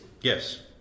Yes